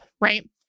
right